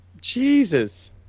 Jesus